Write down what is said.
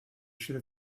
should